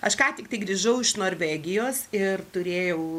aš ką tiktai grįžau iš norvegijos ir turėjau